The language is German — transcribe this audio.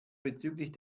bezüglich